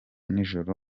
nijoro